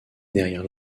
derrière